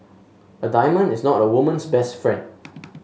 a diamond is not a woman's best friend